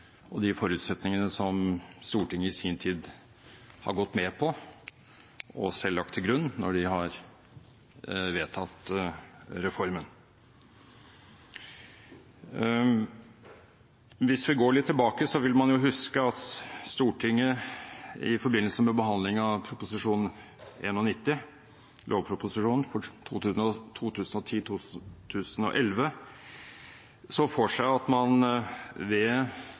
og de forutsetningene som Stortinget i sin tid har gått med på, og selv lagt til grunn, når de har vedtatt reformen. Hvis vi går litt tilbake, vil man huske at Stortinget i forbindelse med behandling av Prop. 91 L for 2010–2011 så for seg at man med denne samhandlingsreformen ville oppnå dempet vekst i bruk av sykehustjenester, rett og slett ved